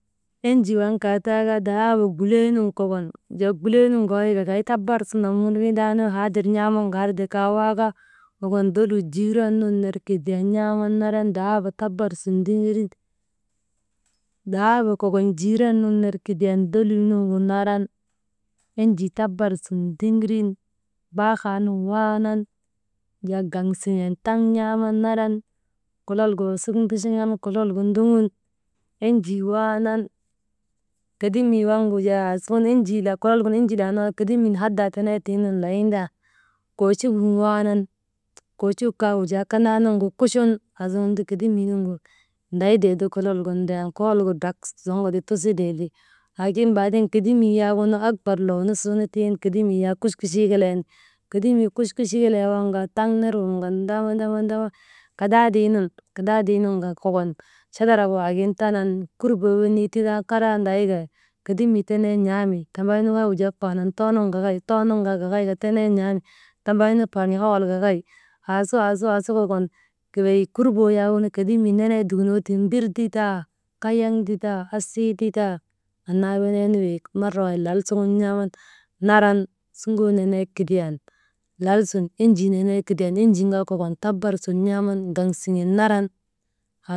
Enjii waŋ kaa taa kaa dahaaba gulee nun kokon wujaa, guleenun gagayka kay yak tabar su namun windaanu haadir n̰aaman garte, kaawaa kaa kokon doluu jiiran nun ner kidiyan n̰aaman naran dahaaba tabar sun ndiŋirin «hesitatin» baahaa nun waanan wujaa gaŋ siŋen taŋ n̰aaman naran kolol gu wasik nduchuŋan, kolol gu ndoŋun enjii waanan kedemii waŋgu jaa aasuŋun «hesitatin» kololgin enjii laanaa kedimii hadaa tenetiŋ layin tan, koochigin waanan koochigu kaa wujaa kanaanugu kuchun aasuŋun ti kedimiinu ndayteeti kolol gin ndayan, kololgu drak zoŋka ti tusitee ti, laakin baaden kedimii ya gunu kabar loo nusunu tiŋ kedimii yak kuchkuchee keleen kedimii kuchkuchee kelee waŋ kaa taŋ ner wurŋan ndama ndama kadaadee nun, kadaadee nun kaa kokon chadak waagin tanan kurboo wenii tindan karan karaa anday ka, kedimii tenen n̰aaman, tambaynu kaa wujaa faanan too nun gagay, too nun kaa gagay ka tenen n̰aami tambaynu faanan owol gagay aasu, aasu kokon wey kurboo yak kokon kedimii nenee dukunoo tiigunu mbir ti taa, kayaŋ ti taa, asii ti taa, annaa weneenu wey marawaahit lal suŋun n̰aaman naran suŋoo nenee kidiyan lala suŋun, enjii nenee kidiyan, enjii ka kokon tabar sun n̰aaman gaŋ siŋen naran.